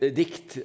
dikt